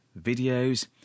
videos